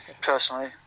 personally